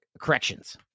Corrections